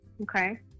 okay